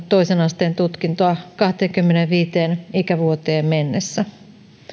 toisen asteen tutkintoa kahteenkymmeneenviiteen ikävuoteen mennessä